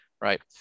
Right